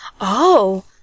Oh